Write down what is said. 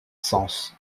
sens